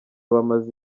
bamaze